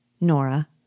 Nora